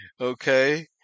Okay